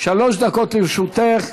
שלוש דקות לרשותך.